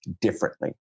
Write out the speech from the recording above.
differently